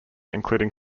including